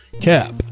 Cap